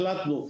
החלטנו,